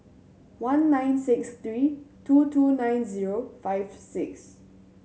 one nine six three two two nine zero five six